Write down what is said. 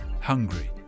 hungry